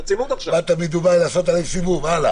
באת מדובאי לעשות עליי סיבוב, הלאה.